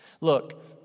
look